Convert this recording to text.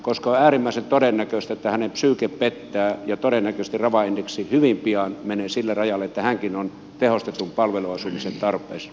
on äärimmäisen todennäköistä että hänen psyykkeensä pettää ja todennäköisesti rava indeksi hyvin pian menee sille rajalle että hänkin on tehostetun palveluasumisen tarpeessa